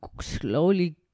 slowly